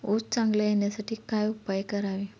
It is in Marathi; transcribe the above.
ऊस चांगला येण्यासाठी काय उपाय करावे?